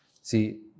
See